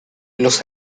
los